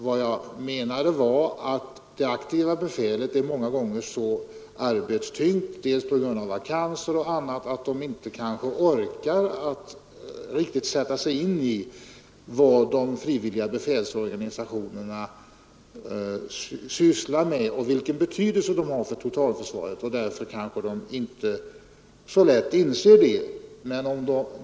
Vad jag menade var att det aktiva befälet är många gånger så arbetstyngt på grund av vakanser och annat att man kanske inte orkar riktigt sätta sig in i vad de frivilliga befälsorganisationerna sysslar med och vilken betydelse de har för totalförsvaret, och därför kanske det aktiva befälet inte så lätt inser detta.